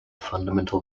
fundamental